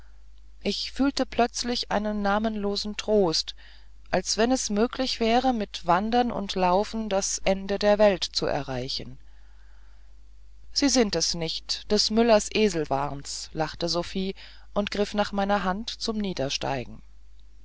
ich fühlte plötzlich einen namenlosen trost als wenn es möglich wäre mit wandern und laufen das ende der welt zu erreichen sie sind es nicht des müllers esel waren's lachte josephe und griff nach meiner hand zum niedersteigen